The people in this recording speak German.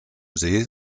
see